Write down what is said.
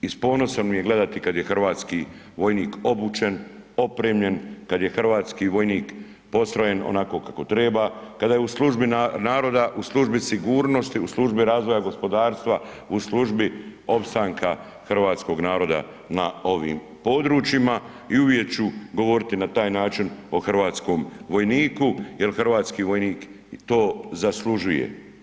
I s ponosom mi je gledati kad je hrvatski vojnik obučen, opremljen, kad je hrvatski vojnik postrojen onako kako treba, kada je u službi naroda, u službi sigurnosti, u službi razvoja gospodarstva, u službi opstanka hrvatskog naroda na ovim područjima i uvijek ću govoriti na taj način o hrvatskom vojniku jer hrvatski vojnik to zaslužuje.